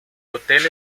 hotel